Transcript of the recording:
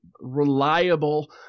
reliable